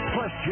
Plus